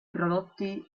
prodotti